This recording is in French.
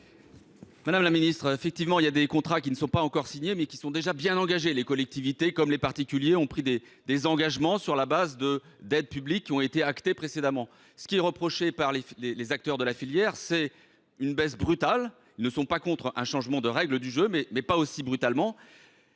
Madame la ministre, il y a des contrats qui ne sont pas encore signés, mais qui sont déjà bien engagés. Les collectivités comme les particuliers ont pris des engagements sur la base d’aides publiques actées précédemment. Ce qui est reproché par les acteurs de la filière, c’est la brutalité de la baisse annoncée. Ils ne sont pas hostiles à un changement des règles du jeu, mais pas comme cela.